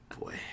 Boy